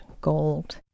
gold